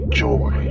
joy